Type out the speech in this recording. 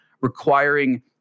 requiring